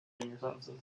endorsed